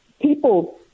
People